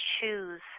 choose